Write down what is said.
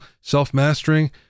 self-mastering